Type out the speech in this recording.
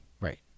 Right